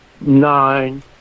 nine